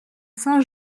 saint